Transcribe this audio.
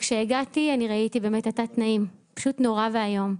כשהגעתי ראיתי תת תנאים, זה פשוט נורא ואיום.